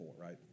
right